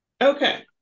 Okay